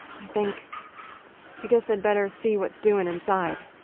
i think i guess i'd better see what's doing inside.